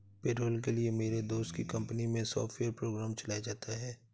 payroll के लिए मेरे दोस्त की कंपनी मै सॉफ्टवेयर प्रोग्राम चलाया जाता है